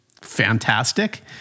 fantastic